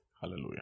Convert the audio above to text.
Hallelujah